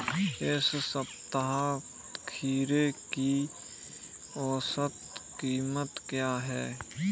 इस सप्ताह खीरे की औसत कीमत क्या है?